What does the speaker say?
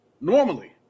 Normally